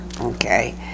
Okay